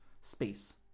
space